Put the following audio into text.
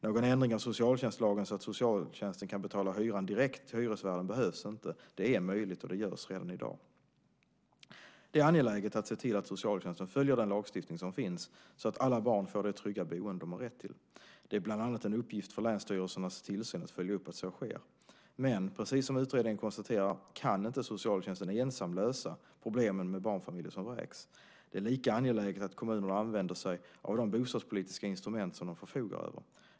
Någon ändring av socialtjänstlagen så att socialtjänsten kan betala hyran direkt till hyresvärden behövs inte - det är möjligt och görs redan i dag. Det är angeläget att se till att socialtjänsten följer den lagstiftning som finns så att alla barn får det trygga boende de har rätt till. Det är bland annat en uppgift för länsstyrelsernas tillsyn att följa upp att så sker. Men precis som utredningen konstaterar kan inte socialtjänsten ensam lösa problemen med barnfamiljer som vräks. Det är lika angeläget att kommunerna använder sig av de bostadspolitiska instrument som de förfogar över.